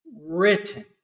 written